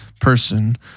person